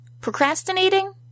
Procrastinating